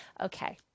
Okay